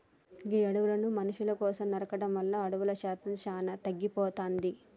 గీ అడవులను మనుసుల కోసం నరకడం వల్ల అడవుల శాతం సానా తగ్గిపోతాది